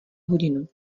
hodinu